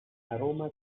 aroma